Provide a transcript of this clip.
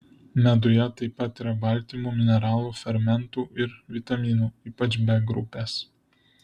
meduje taip pat yra baltymų mineralų fermentų ir vitaminų ypač b grupės